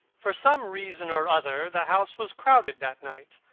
for some reason or other, the house was crowded that night,